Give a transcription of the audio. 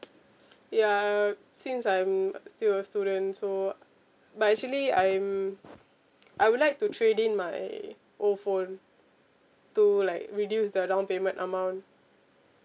ya uh since I'm still a student so but actually I'm I would like to trade in my old phone to like reduce the downpayment amount